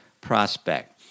prospect